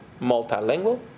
multilingual